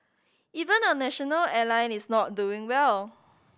even our national airline is not doing well